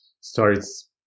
starts